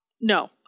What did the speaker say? No